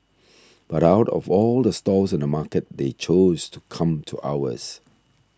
but out of all the stalls in the market they chose to come to ours